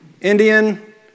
Indian